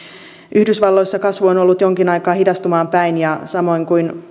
yhdysvalloissa kasvu on ollut jonkin aikaa hidastumaan päin ja samoin kuin